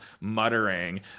muttering